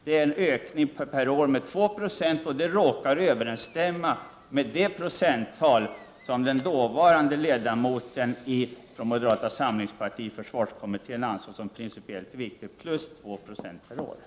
Det är en ökning per år med 2 976, och det överensstämmer med det procenttal som den dåvarande ledamoten från moderata samlingspartiet i försvarskommittén ansåg som principiellt viktigt.